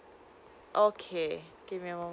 okay give me a moment